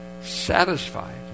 satisfied